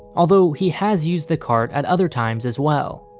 although, he has used the cart at other times as well.